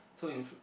so in f~